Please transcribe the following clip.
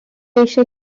eisiau